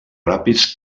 ràpids